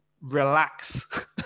relax